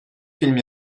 film